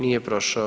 Nije prošao.